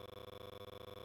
ועוזבת איתו אל דירתו,